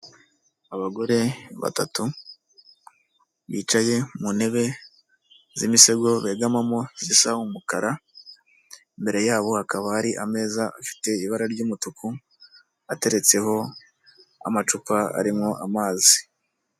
Abagore batatu, bicaye mu ntebe z'imisego bigamamo zisa umukara, imbere yabo hakaba hari ameza afite ibara ry'umutuku, ateretseho amacupa arimo amazi.